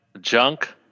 junk